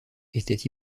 étaient